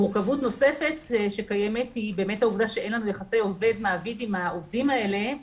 מורכבות נוספת אין לנו יחסי עובד-מעביד עם העובדים האלה,